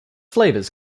flavors